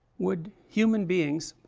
would human beings